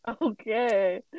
Okay